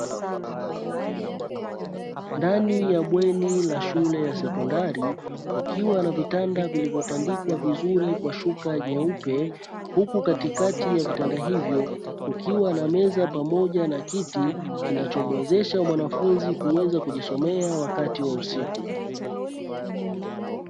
Ndani ya bweni la shule ya sekondari, kukiwa na vitanda vilivyotandikwa vizuri kwa shuka nyeupe huku katikati ya vitanda hivyo kukiwa na meza pamoja na kiti kinachomuwezesha mwanafunzi kuweza kujisomea wakati wa usiku.